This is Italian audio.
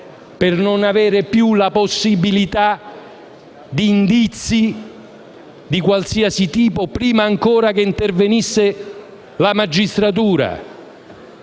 per non avere più la possibilità di indizi di qualsiasi tipo, prima ancora che intervenisse la magistratura.